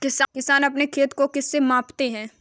किसान अपने खेत को किससे मापते हैं?